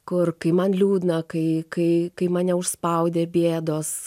kur kai man liūdna kai kai kai mane užspaudė bėdos